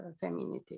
femininity